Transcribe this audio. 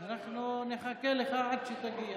אנחנו נחכה לך עד שתגיע.